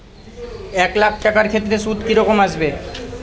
এক লাখ টাকার ক্ষেত্রে সুদ কি রকম আসবে?